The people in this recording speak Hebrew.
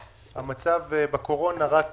המצב בתקופת הקורונה רק